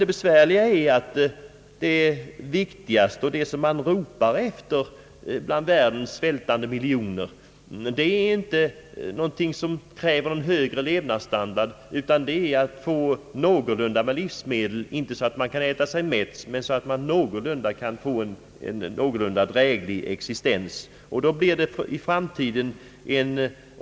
Det besvärliga är dock att det viktigaste, och det som man ropar efter bland världens svältande miljoner, inte är en högre levnadsstandard, utan det är livsmedel, inte så att man kan äta sig mätt, men så att man kan få en någorlunda dräglig existens.